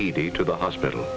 eighty to the hospital